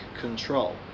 control